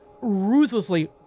ruthlessly